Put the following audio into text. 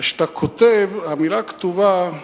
כשאתה כותב, המלה הכתובה,